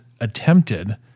attempted